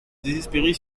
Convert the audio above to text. désespérée